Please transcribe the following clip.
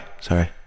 Sorry